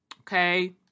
okay